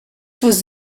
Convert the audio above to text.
was